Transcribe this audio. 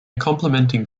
complementing